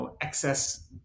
excess